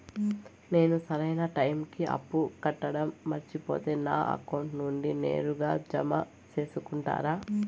నేను సరైన టైముకి అప్పు కట్టడం మర్చిపోతే నా అకౌంట్ నుండి నేరుగా జామ సేసుకుంటారా?